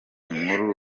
nkuru